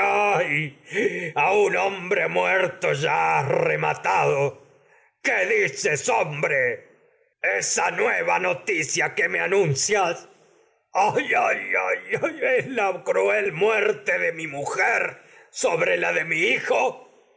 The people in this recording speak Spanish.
a un hombre muerto nueva rema me tado qué dices hombre esa noticia que tragedias de sófocles anuncias ayay ayay es la cruel muerte de mi mu jer sobre la de mi hijo